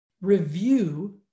review